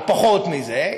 או פחות מזה,